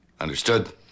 Understood